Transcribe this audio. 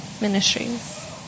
ministries